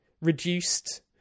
reduced